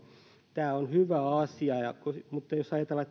tämä on hyvä asia jos ajatellaan